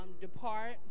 depart